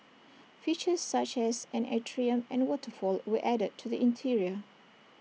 features such as an atrium and waterfall were added to the interior